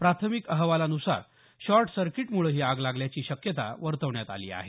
प्राथमिक अहवालानुसार शॉर्ट सर्कीटमुळे ही आग लागल्याची शक्यता वर्तवण्यात आली आहे